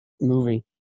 movie